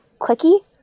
clicky